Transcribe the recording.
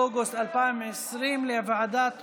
אוגוסט 2020, לוועדת החוקה,